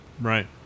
Right